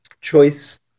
choice